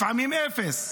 לפעמים אפס.